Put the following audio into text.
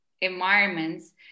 environments